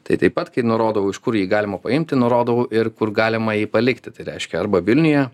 tai taip pat kai nurodau iš kur jį galima paimti nurodau ir kur galima jį palikti tai reiškia arba vilniuje